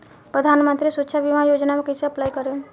प्रधानमंत्री सुरक्षा बीमा योजना मे कैसे अप्लाई करेम?